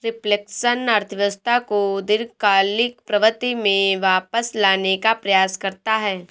reflection अर्थव्यवस्था को दीर्घकालिक प्रवृत्ति में वापस लाने का प्रयास करता है